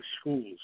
schools